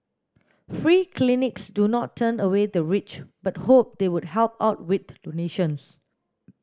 free clinics do not turn away the rich but hope they would help out with donations